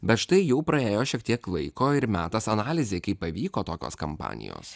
bet štai jau praėjo šiek tiek laiko ir metas analizei kaip pavyko tokios kampanijos